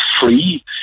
free